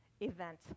event